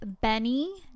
Benny